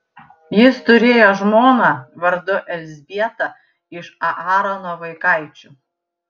jis turėjo žmoną vardu elzbietą iš aarono vaikaičių